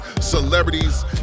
Celebrities